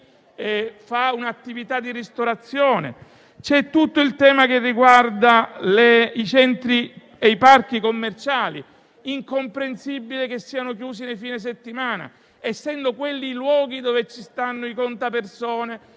ha un'attività di ristorazione. C'è tutto il tema che riguarda i centri e i parchi commerciali: è incomprensibile che siano chiusi nel fine settimana, essendo luoghi dove ci sono i contapersone,